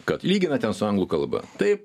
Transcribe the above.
kad lygina ten su anglų kalba taip